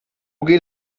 geht